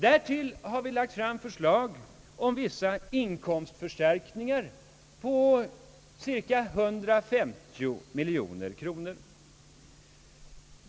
Därtill har vi lagt fram förslag om vissa inkomstförstärkningar på cirka 150 miljoner kronor.